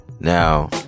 Now